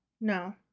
No